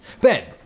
Ben